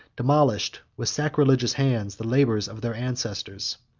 demolished, with sacrilegious hands, the labors of their ancestors.